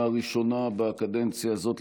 לראשונה בקדנציה הזאת,